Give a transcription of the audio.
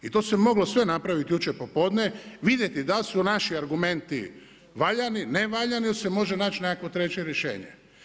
I to se moglo sve napraviti jučer popodne, vidjeti da li su naši argumenti valjani, nevaljani ili se može naći nekakvo treće rješenje.